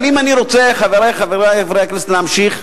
אבל אני רוצה, חברי חברי הכנסת, להמשיך,